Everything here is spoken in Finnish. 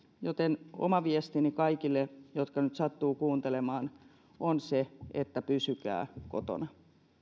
joten oma viestini kaikille jotka nyt sattuvat kuuntelemaan on se että pysykää kotona